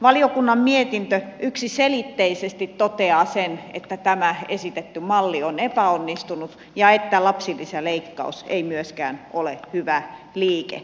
valiokunnan mietintö yksiselitteisesti toteaa sen että tämä esitetty malli on epäonnistunut ja että lapsilisäleikkaus ei myöskään ole hyvä liike